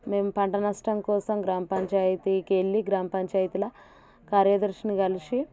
మేము పంట నష్టం కోసం గ్రామ పంచాయతీకెళ్ళి గ్రామపంచాయతీలో కార్యదర్శిని కలిసి